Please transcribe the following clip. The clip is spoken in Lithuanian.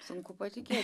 sunku patikėti